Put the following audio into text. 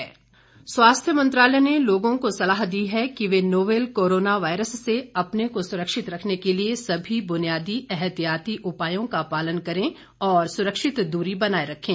corona सुरक्षा स्वास्थ्य मंत्रालय ने लोगों को सलाह दी है कि वे नोवल कोरोना वायरस से अपने को सुरक्षित रखने के लिए सभी बुनियादी एहतियाती उपायों का पालन करें और सुरक्षित दूरी बनाए रखें